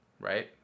right